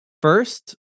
first